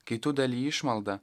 kai tu daliji išmaldą